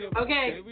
Okay